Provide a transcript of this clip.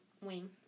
wing